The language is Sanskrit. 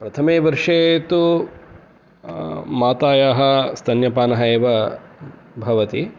प्रथमे वर्षे तु मातुः स्तन्यपानः एव भवति